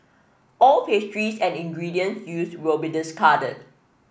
all pastries and ingredients used will be discarded